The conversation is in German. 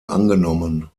angenommen